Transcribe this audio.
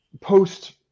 post